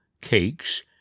cakes